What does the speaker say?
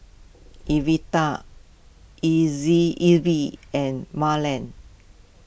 Everet and Marland